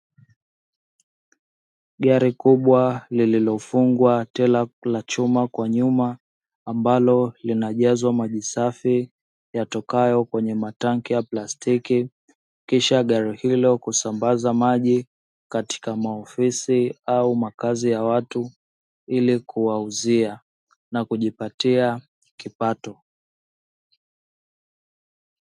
Gari kubwa lililofungwa tela la chuma kwa nyuma ambalo linajazwa maji safi yatokayo kwenye matanki ya plastiki, kisha gari hilo kusambaza maji katika maofisi au makazi ya watu ili kuwauzia na kujipatia kipato.